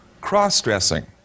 Cross-dressing